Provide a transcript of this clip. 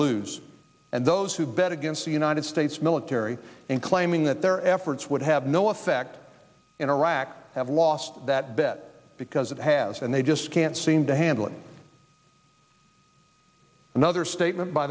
lose and those who bet against the united states military and claiming that their efforts would have no effect in iraq have lost that bet because it has and they just can't seem to handle another statement by